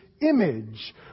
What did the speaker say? image